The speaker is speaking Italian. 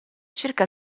circa